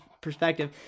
perspective